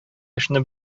эшне